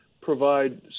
provide